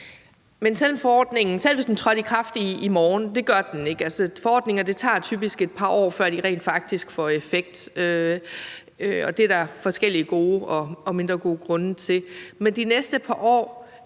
hvis forordningen trådte i kraft i morgen – det gør den ikke, og det tager typisk et par år, før forordninger rent faktisk får en effekt, og det er der forskellige gode og mindre gode grunde til – så har vi i de næste par år